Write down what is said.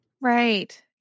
Right